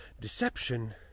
deception